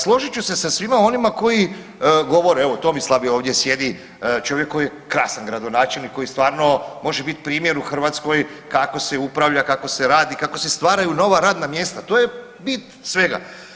Složit ću se sa svima onima koji govore evo Tomislav je ovdje sjedi čovjek koji je krasan gradonačelnik koji stvarno može biti primjer u Hrvatskoj kako se upravlja, kako se radi, kako se stvaraju nova radna mjesta, to je bit svega.